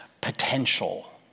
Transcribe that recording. potential